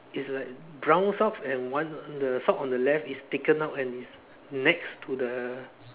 is like brown socks and one on the the sock on the left is taken out and next to the